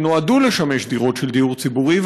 שנועדו לשמש דירות של דיור ציבורי,